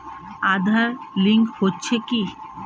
Aadhaar link হচ্ছে কি?